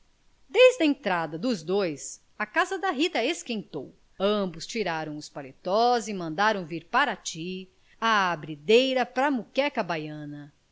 a entrada dos dois a casa de rita esquentou ambos tiraram os paletós e mandaram vir parati a abrideira para muqueca baiana